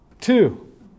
Two